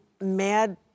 mad